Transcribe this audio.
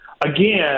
again